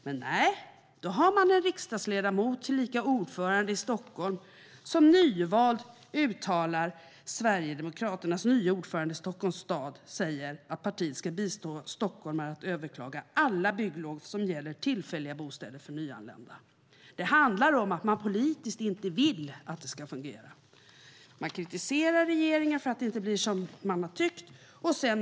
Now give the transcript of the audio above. Men, nej då har ni en riksdagsledamot, tillika Sverigedemokraternas nyvalde ordförande i Stockholms stad, som säger att partiet ska bistå stockholmare att överklaga alla bygglov som gäller tillfälliga bostäder för nyanlända. Det handlar om att ni politiskt inte vill att det ska fungera. Ni kritiserar regeringen för att det inte blir som ni har tyckt att det ska bli.